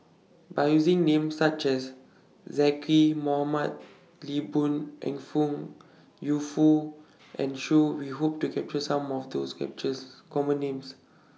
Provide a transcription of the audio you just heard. By using Names such as Zaqy Mohamad Lee Boon Ngan Yu Foo and Shoon We Hope to capture Some of those captures Common Names